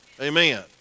Amen